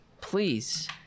please